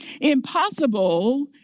Impossible